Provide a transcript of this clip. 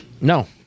No